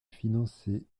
financer